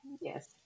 yes